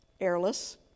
airless